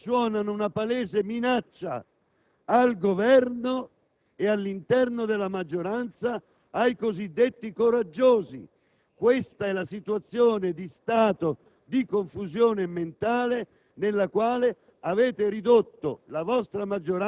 E allora, questa schizofrenia interna alla maggioranza, e tra maggioranza e Governo, quando verrà chiaramente espressa, nella trasparenza dovuta al rispetto delle istituzioni?